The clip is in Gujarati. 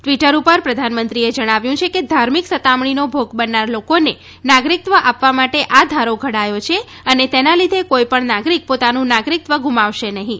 ટવીટર ઉપર પ્રધાનમંત્રીએ જણાવ્યું છે કે ધાર્મિક સતામણીનો ભોગ બનનાર લોકોને નાગરીકત્વ આપવા માટે આ ધારો ધડાયો છે અને તેના લીધે કોઇપણ નાગરીક પોતાનું નાગરીકત્વ ગુમાવશે નહીં